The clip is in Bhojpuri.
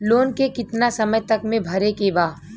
लोन के कितना समय तक मे भरे के बा?